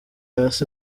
hasi